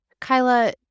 Kyla